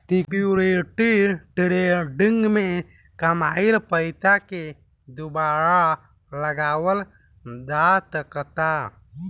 security trading में कामयिल पइसा के दुबारा लगावल जा सकऽता